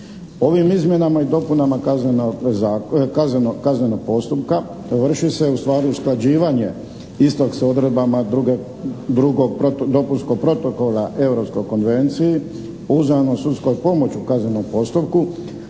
Ovim izmjenama i dopunama kaznenog postupka vrši se ustvari usklađivanje istog s odredbama druge, drugog dopunskog Protokola Europskoj konvenciji, o uzajamnoj sudskoj pomoći u kaznenom postupku,